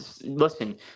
listen